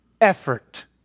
effort